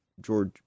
George